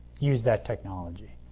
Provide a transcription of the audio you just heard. use that technology.